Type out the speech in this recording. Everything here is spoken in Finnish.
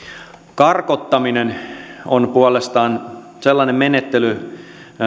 karkottaminen on puolestaan sellainen menettely